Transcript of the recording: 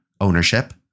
ownership